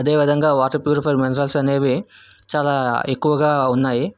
అదే విధంగా water purifier minerals అనేవి చాలా ఎక్కువగా ఉన్నాయి